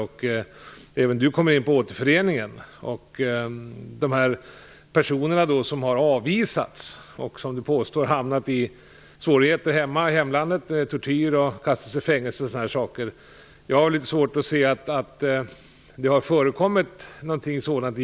Hon talar också om Återföreningen och om personer som har avvisats och har hamnat i svårigheter i hemlandet. Hon påstår att de har utsatts för tortyr och kastats i fängelse. Jag har litet svårt att se att det har förekommit någonting sådant.